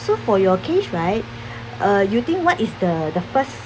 so for your case right uh you think what is the the first